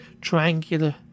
triangular